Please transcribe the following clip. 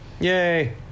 Yay